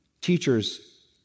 teachers